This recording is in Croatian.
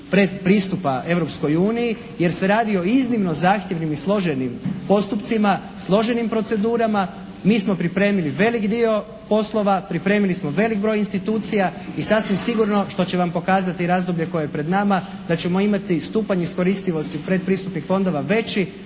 predpristupa Europskoj uniji jer se radi o iznimno zahtjevnim i složenim postupcima, složenim procedurama. Mi smo pripremili velik dio poslova, pripremili smo velik broj institucija i sasvim sigurno što će vam pokazati i razdoblje koje je pred nama da ćemo imati i stupanj iskoristivosti predpristupnih fondova veći